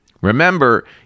Remember